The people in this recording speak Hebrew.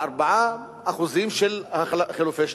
4% של חילופי שטחים.